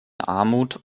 armut